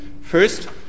First